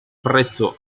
prezzo